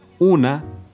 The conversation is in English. Una